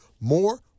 more